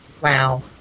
Wow